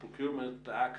procurement act,